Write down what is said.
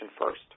first